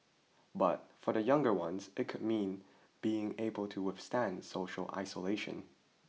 but for the younger ones it could mean being able to withstand social isolation